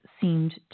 seemed